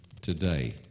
today